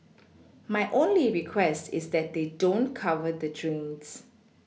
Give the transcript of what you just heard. my only request is that they don't cover the drains